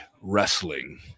wrestling